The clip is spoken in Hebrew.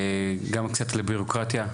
גם קצת על בירוקרטיה,